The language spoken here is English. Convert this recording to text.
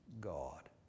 God